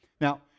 Now